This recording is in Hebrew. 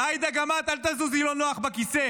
ועאידה, גם את, אל תזוזי לא נוח בכיסא.